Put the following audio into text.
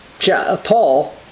Paul